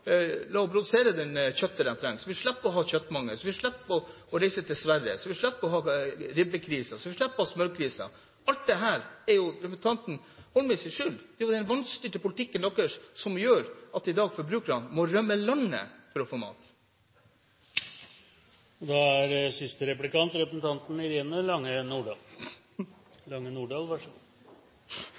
produsere det kjøttet en trenger – så vi slipper å ha kjøttmangel, så vi slipper å reise til Sverige, så vi slipper å ha ribbekrise, så vi slipper å ha smørkrise. Alt dette er representanten Holmelids skyld. Det er den vanstyrte politikken deres som gjør at forbrukerne i dag må rømme landet for å få mat. Fremskrittspartiet sier seg enig i at Norge må utnytte ressursene sine og